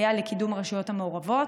יסייע לקידום הרשויות המעורבות,